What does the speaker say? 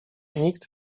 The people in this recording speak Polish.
nikt